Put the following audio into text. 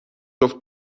جفت